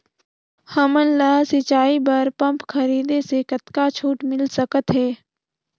हमन ला सिंचाई बर पंप खरीदे से कतका छूट मिल सकत हे?